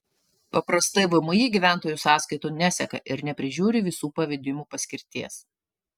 paprastai vmi gyventojų sąskaitų neseka ir neprižiūri visų pavedimų paskirties